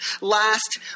last